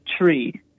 tree